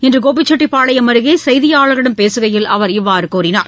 இன்று கோபிச்செட்டிப்பாளையம் அருகே செய்தியாளர்களிடம் பேசுகைளில் அவர் இவ்வாறு கூறினார்